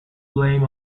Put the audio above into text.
blame